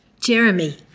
Jeremy